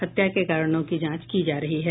हत्या के कारणों की जांच की जा रही है